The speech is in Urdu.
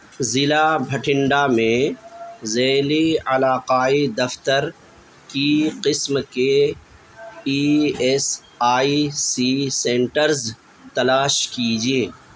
ضلع بھٹنڈہ میں ضلع علاقائی دفتر کی قسم کے E S I C centres تلاش کیجیے